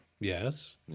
Yes